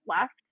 left